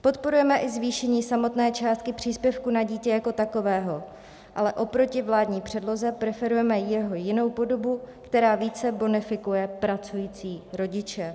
Podporujeme i zvýšení samotné částky příspěvku na dítě jako takového, ale oproti vládní předloze preferujeme jeho jinou podobu, která více bonifikuje pracující rodiče.